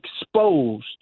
exposed